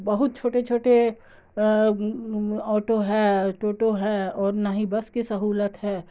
بہت چھوٹے چھوٹے آٹو ہے ٹوٹو ہے اور نہ ہی بس کی سہولت ہے